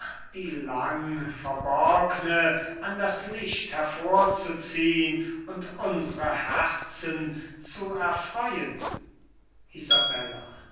die lang verborgne an das licht hervor zu ziehn und unsre herzen zu erfreuen